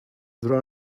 there